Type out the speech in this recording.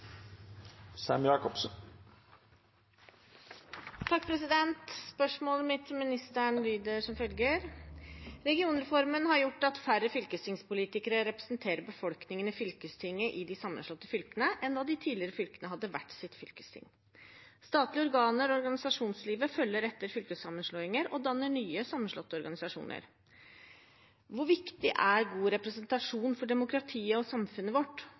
har gjort at færre fylkestingspolitikerne representerer befolkningen i fylkestinget i de sammenslåtte fylkene enn da de tidligere fylkene hadde hvert sitt fylkesting. Statlige organer og organisasjonslivet følger etter fylkessammenslåinger og danner nye sammenslåtte organisasjoner. Hvor viktig er god representasjon for demokratiet og samfunnet vårt,